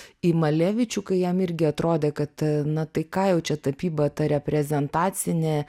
į malevičių kai jam irgi atrodė kad na tai ką jau čia tapyba ta reprezentacinė